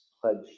pledged